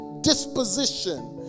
disposition